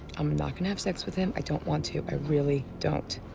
i'm not gonna have sex with him. i don't want to. i really don't.